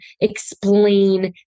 explain